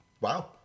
wow